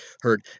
heard